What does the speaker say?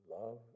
love